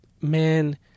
man